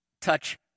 touch